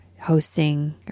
hosting